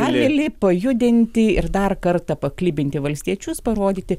avilį pajudinti ir dar kartą paklibinti valstiečius parodyti